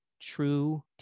true